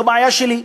לא בעיה שלי.